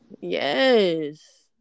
yes